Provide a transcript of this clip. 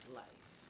life